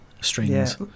strings